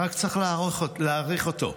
היה צריך רק להאריך אותו.